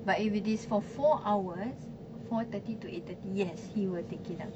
but if it is for four hours four thirty to eight thirty yes he will take it up